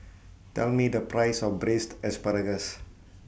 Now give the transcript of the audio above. Tell Me The Price of Braised Ssparagus